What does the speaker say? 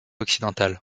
occidentale